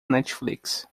netflix